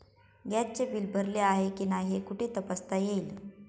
गॅसचे बिल भरले आहे की नाही हे कुठे तपासता येईल?